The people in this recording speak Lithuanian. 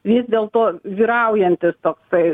vis dėlto vyraujantis toksai